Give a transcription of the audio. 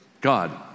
God